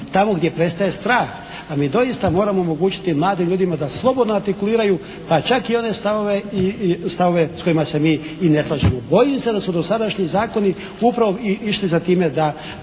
Tamo gdje prestaje strah, a mi doista moramo omogućiti mladim ljudima da slobodno artikuliraju, pa čak i one stavove s kojima se mi i ne slažemo. Bojim se da su dosadašnji zakoni upravo išli za time da